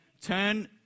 Turn